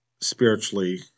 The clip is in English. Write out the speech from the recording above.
spiritually